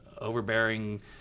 overbearing